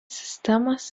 sistemos